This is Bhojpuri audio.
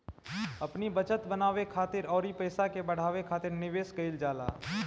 अपनी बचत के बनावे खातिर अउरी पईसा के बढ़ावे खातिर निवेश कईल जाला